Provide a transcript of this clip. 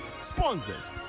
Sponsors